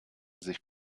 sich